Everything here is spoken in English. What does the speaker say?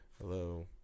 Hello